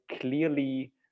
clearly